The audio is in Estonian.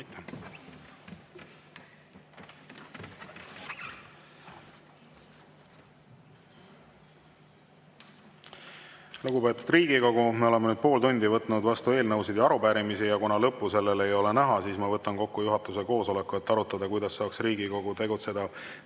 Lugupeetud Riigikogu, me oleme nüüd pool tundi võtnud vastu eelnõusid ja arupärimisi. Kuna lõppu sellele ei ole näha, siis ma võtan kokku juhatuse koosoleku, et arutada, kuidas saaks Riigikogu tegutseda